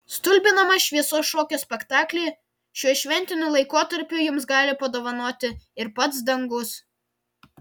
stulbinamą šviesos šokio spektaklį šiuo šventiniu laikotarpiu jums gali padovanoti ir pats dangus